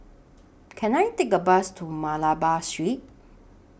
Can I Take A Bus to Malabar Street